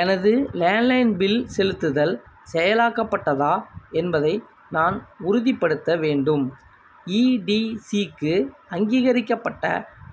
எனது landline bill செலுத்துதல் செயலாக்கப்பட்டதா என்பதை நான் உறுதிப்படுத்த வேண்டும் ஈடிசிக்கு அங்கீகரிக்கப்பட்ட